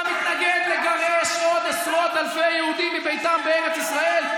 אתה מתנגד לגרש עוד עשרות אלפי יהודים מביתם בארץ ישראל?